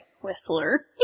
Whistler